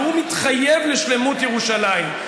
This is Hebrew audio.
והוא מתחייב לשלמות ירושלים.